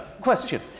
question